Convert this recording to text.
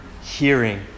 hearing